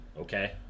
okay